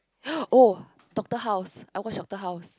oh Doctor House I watch Doctor House